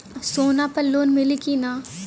सोना पर लोन मिली की ना?